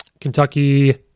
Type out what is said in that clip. Kentucky